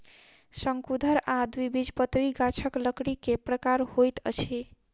शंकुधर आ द्विबीजपत्री गाछक लकड़ी के प्रकार होइत अछि